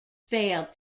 failed